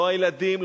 לא הילדים,